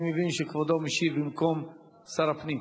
אני מבין שכבודו משיב במקום שר הפנים?